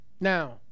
Now